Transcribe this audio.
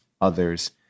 others